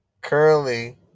currently